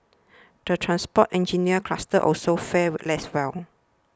the transport engineering cluster also fared less well